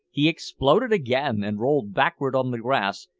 he exploded again, and rolled backward on the grass,